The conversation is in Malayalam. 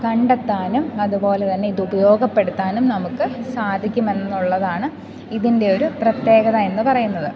കണ്ടെത്താനും അതു പോലെ തന്നെ ഇതുപയോഗപ്പെടുത്താനും നമുക്ക് സാധിക്കുമെന്നുള്ളതാണ് ഇതിൻ്റെ ഒരു പ്രത്യേകത എന്നു പറയുന്നത്